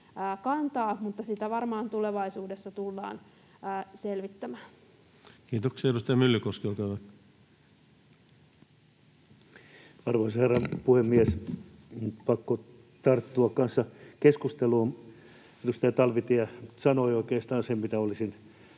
kantaa, mutta sitä varmaan tulevaisuudessa tullaan selvittämään. Mikrofoni. Kiitoksia. — Edustaja Myllykoski, olkaa hyvä. Arvoisa herra puhemies! Pakko tarttua kanssa keskusteluun. Edustaja Talvitie sanoi oikeastaan sen, mitä olisin